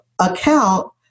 account